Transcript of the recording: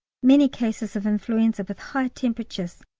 many cases of influenza with high temperatures,